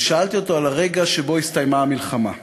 ושאלתי אותו על הרגע שבו הסתיימה המלחמה.